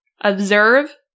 observe